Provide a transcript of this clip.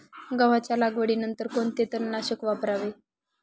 गव्हाच्या लागवडीनंतर कोणते तणनाशक वापरावे?